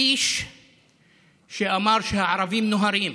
האיש שאמר שהערבים נוהרים,